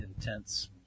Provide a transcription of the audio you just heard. intense